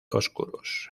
oscuros